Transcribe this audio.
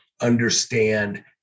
understand